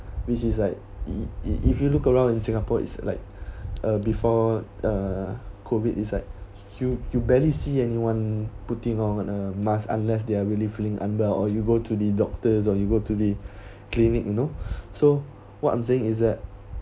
which is like if if if you look around in singapore is like uh before uh COVID inside you you barely see anyone putting on a mask unless they are really feeling unwell or you go to the doctors or you go to the clinic you know so what I'm saying is that